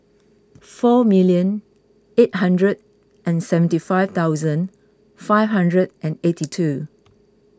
four million eight hundred and seventy five thousand five hundred and eighty two